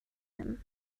him